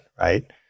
right